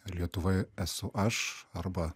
lietuva esu aš arba